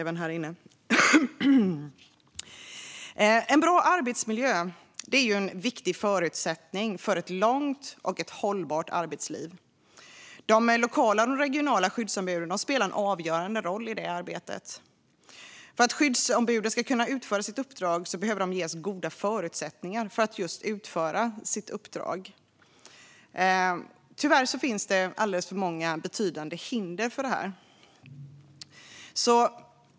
En bra arbetsmiljö är en viktig förutsättning för ett långt och hållbart arbetsliv. De lokala och regionala skyddsombuden spelar en avgörande roll i det arbetet. För att skyddsombuden ska kunna utföra sitt uppdrag behöver de ges goda förutsättningar att just utföra sitt uppdrag, men tyvärr finns det alldeles för många och betydande hinder för detta.